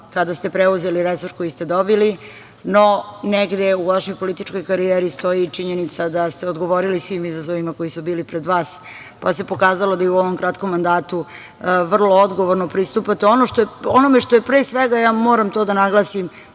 kada ste preuzeli resor koji ste dobili, no negde u vašoj političkoj karijeri stoji činjenica da ste odgovorili svim izazovima koji su bili pred vas, pa se pokazalo da i u ovom kratkom mandatu vrlo odgovorno pristupate onome što je, pre svega, ljudski faktor. Mi